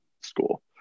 school